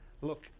look